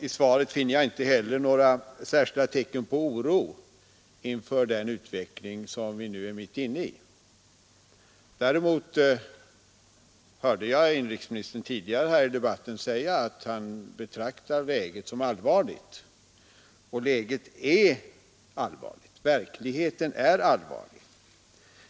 I svaret finner jag inte heller några särskilda tecken på oro inför den utveckling som vi nu är mitt inne i. Däremot hörde jag inrikesministern tidigare i debatten säga att han betraktar läget som allvarligt, och läget är allvarligt, verkligheten är allvarlig.